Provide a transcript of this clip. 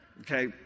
Okay